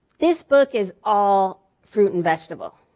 this book is all fruit and vegetable.